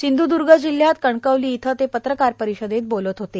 सिंध्दर्ग जिल्ह्यात कणकवली इथं ते पत्रकार परिषदेत बोलत होते